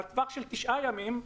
לגבי חובת השיעורים: